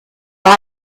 war